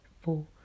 four